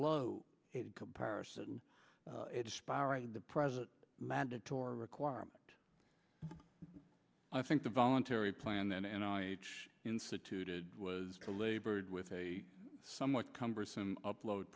low comparison to the present mandatory requirement i think the voluntary plan and instituted was delivered with a somewhat cumbersome upload